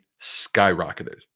skyrocketed